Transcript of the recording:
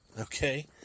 Okay